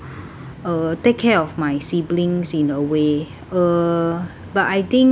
uh take care of my siblings in a way uh but I think